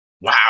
Wow